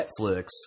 Netflix